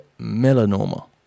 melanoma